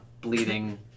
bleeding